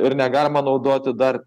ir negalima naudoti dar